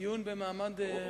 דיון במעמד ראש הממשלה?